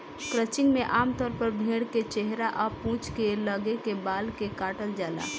crutching में आमतौर पर भेड़ के चेहरा आ पूंछ के लगे के बाल के काटल जाला